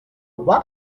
what